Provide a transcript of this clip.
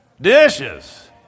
Dishes